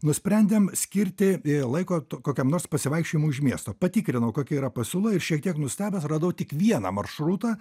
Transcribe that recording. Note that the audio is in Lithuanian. nusprendėm skirti laiko kokiam nors pasivaikščiojimui už miesto patikrinau kokia yra pasiūla ir šiek tiek nustebęs radau tik vieną maršrutą